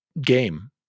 game